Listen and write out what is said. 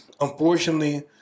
unfortunately